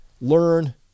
Learn